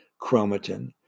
chromatin